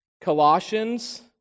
Colossians